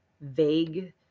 vague